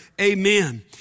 Amen